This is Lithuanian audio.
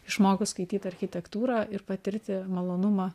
išmokus skaityt architektūrą ir patirti malonumą